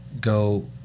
go